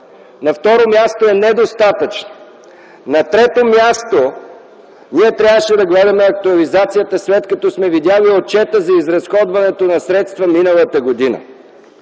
на второ място, е недостатъчна; на трето място, ние трябваше да гледаме актуализацията, след като сме видели отчета за изразходването на средства миналата година.